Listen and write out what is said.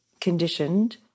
conditioned